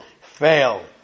fail